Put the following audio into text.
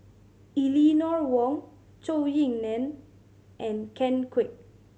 Eleanor Wong Zhou Ying Nan and Ken Kwek